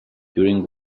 during